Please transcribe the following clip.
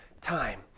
time